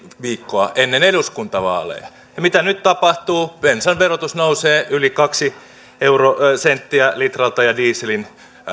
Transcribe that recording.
viikkoa ennen eduskuntavaaleja ja mitä nyt tapahtuu bensan verotus nousee yli kaksi senttiä litralta ja dieselin